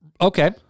Okay